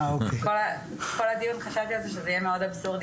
כל הדיון חשבתי על זה שזה יהיה מאוד אבסורדי